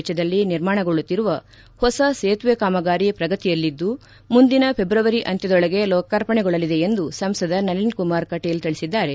ವೆಚ್ಚದಲ್ಲಿ ನಿರ್ಮಾಣಗೊಳ್ಳುತ್ತಿರುವ ಹೊಸ ಸೇತುವೆ ಕಾಮಗಾರಿ ಪ್ರಗತಿಯಲ್ಲಿದ್ದು ಮುಂದಿನ ಫೆಬ್ರವರಿ ಅಂತ್ಯದೊಳಗೆ ಲೋಕಾರ್ಪಣೆಗೊಳ್ಳಲಿದೆ ಎಂದು ಸಂಸದ ನಳಿನ್ ಕುಮಾರ್ ಕಟೀಲು ತಿಳಿಸಿದರು